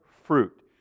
fruit